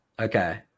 Okay